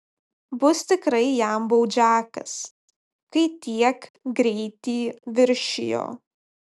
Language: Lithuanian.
bus tikrai jam baudžiakas kai tiek greitį viršijo